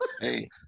Hey